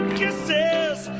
kisses